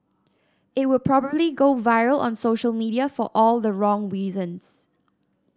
it would probably go viral on social media for all the wrong reasons